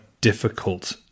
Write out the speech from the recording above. difficult